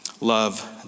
Love